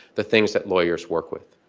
the things that lawyers work with.